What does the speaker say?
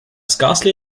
scarcely